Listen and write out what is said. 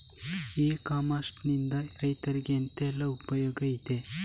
E commerce ನಿಂದ ರೈತರಿಗೆ ಎಂತೆಲ್ಲ ಉಪಯೋಗ ಇದೆ?